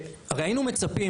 היינו מצפים